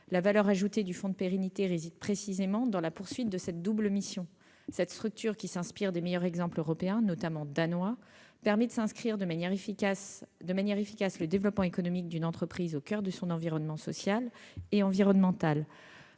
La valeur ajoutée du fonds de pérennité réside précisément dans la poursuite de cette double mission. Cette structure, qui s'inspire des meilleurs exemples européens, notamment de l'exemple danois, permet d'inscrire de manière efficace le développement économique d'une entreprise au coeur de son environnement social et environnemental.